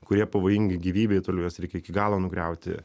kurie pavojingi gyvybei toliau juos reikia iki galo nugriauti